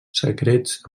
secrets